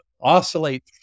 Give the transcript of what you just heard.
oscillate